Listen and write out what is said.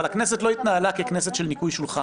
אבל הכנסת לא התנהלה ככנסת של ניקוי שולחן.